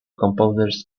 composers